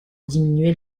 diminuer